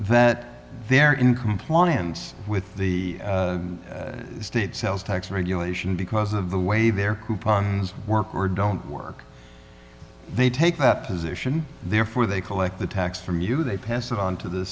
that they're in compliance with the state sales tax regulation because of the way their work or don't work they take that position therefore they collect the tax from you they pass it on to the